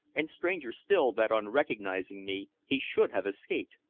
and stranger still that on recognizing me he should have escaped,